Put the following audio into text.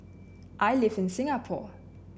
I live in Singapore